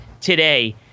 today